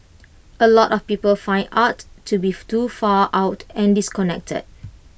A lot of people find art to beef too far out and disconnected